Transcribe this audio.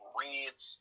reads